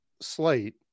slate